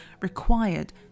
required